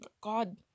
God